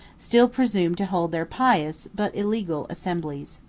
still presumed to hold their pious, but illegal, assemblies.